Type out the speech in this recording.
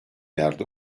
yerde